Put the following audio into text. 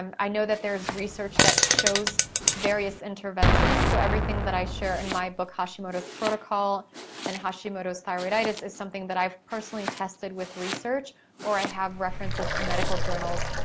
um i know that there's research that shows various intervention, so everything that i share in my book, hashimoto's protocol and hashimoto's thyroiditis is something that i've personally tested with research or i have references to medical journals.